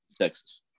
Texas